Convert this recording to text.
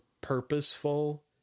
purposeful